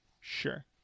sure